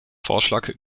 vorschlag